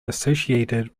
associated